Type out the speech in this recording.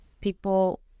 people